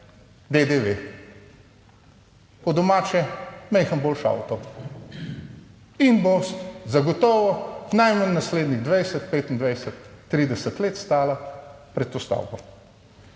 DDV. Po domače majhen, boljši avto in bo zagotovo najmanj naslednjih 20, 25, 30 let stala pred stavko.